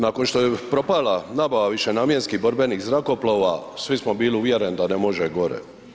Nakon što je propala nabava višenamjenskih borbenih zrakoplova, svi smo bili uvjereni da ne može gore.